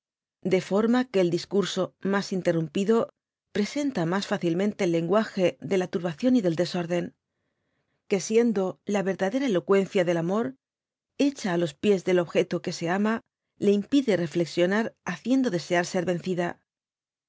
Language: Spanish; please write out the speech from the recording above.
de forma que el discurso mas interrumpido presenta mas fácilmente el lenguage de la turbación y del desorden que siendo la verdadera eloqüencia del amor hecha á los pies del objeto que se ama le impide reflexionar haciendo desear ser vencida